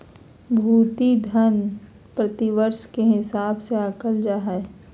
भृति धन प्रतिवर्ष के हिसाब से आँकल जा हइ